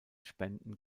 spenden